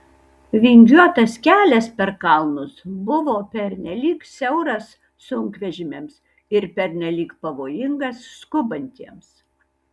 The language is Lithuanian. vingiuotas kelias per kalnus buvo pernelyg siauras sunkvežimiams ir pernelyg pavojingas skubantiems